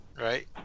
Right